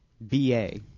BA